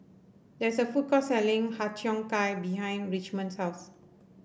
there is a food court selling Har Cheong Gai behind Richmond's house